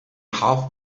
half